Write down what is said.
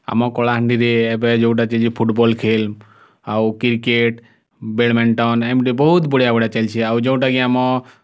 ଆମ କଳାହାଣ୍ଡିରେ ଏବେ ଯେଉଁଟା କି ଫୁଟବଲ୍ ଖେଲ୍ ଆଉ କ୍ରିକେଟ୍ ବ୍ୟାଡ଼ମିଣ୍ଟନ୍ ଏମିତି ବହୁତ ବଢ଼ିଆ ବଢ଼ିଆ ଚାଲିଛି ଆଉ ଯେଉଁଟା କି ଆମ